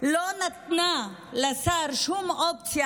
לא נתנה לשר שום אופציה